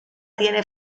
tiene